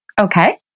Okay